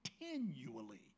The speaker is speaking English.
continually